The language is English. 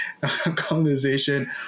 colonization